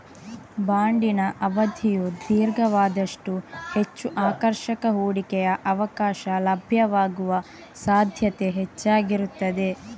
ಬಾಂಡಿನ ಅವಧಿಯು ದೀರ್ಘವಾದಷ್ಟೂ ಹೆಚ್ಚು ಆಕರ್ಷಕ ಹೂಡಿಕೆಯ ಅವಕಾಶ ಲಭ್ಯವಾಗುವ ಸಾಧ್ಯತೆ ಹೆಚ್ಚಾಗಿರುತ್ತದೆ